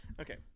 Okay